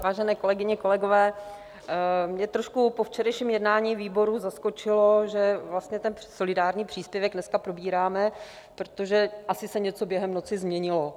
Vážené kolegyně, kolegové, mě trošku po včerejším jednání výboru zaskočilo, že vlastně ten solidární příspěvek dneska probíráme, protože se asi něco během noci změnilo.